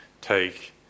take